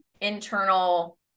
internal